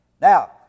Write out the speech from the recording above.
Now